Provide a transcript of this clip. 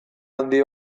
handi